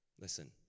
Listen